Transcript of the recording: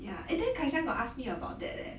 ya eh then kai xian got ask me about that leh